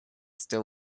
still